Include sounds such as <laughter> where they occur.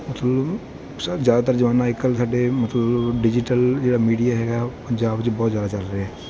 ਮਤਲਬ ਸਰ ਜ਼ਿਆਦਾਤਰ <unintelligible> ਅੱਜ ਕੱਲ੍ਹ ਸਾਡੇ ਮਤਲਬ ਡਿਜ਼ੀਟਲ ਜਿਹੜਾ ਮੀਡੀਆ ਹੈਗਾ ਪੰਜਾਬ 'ਚ ਬਹੁਤ ਜ਼ਿਆਦਾ ਚੱਲ ਰਿਹਾ